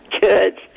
Good